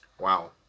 Wow